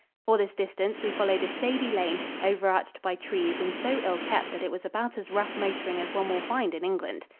for this distance we followed a shady lane, over-arched by trees and so ill kept that it was about as rough motoring as one will find in england.